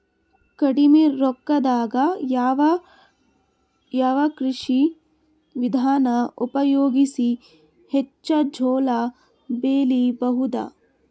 ಕಡಿಮಿ ರೊಕ್ಕದಾಗ ಯಾವ ಕೃಷಿ ವಿಧಾನ ಉಪಯೋಗಿಸಿ ಹೆಚ್ಚ ಜೋಳ ಬೆಳಿ ಬಹುದ?